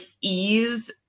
ease